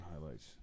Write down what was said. highlights